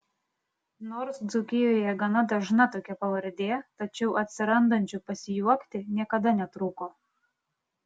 nors dzūkijoje gana dažna tokia pavardė tačiau atsirandančių pasijuokti niekada netrūko